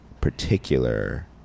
particular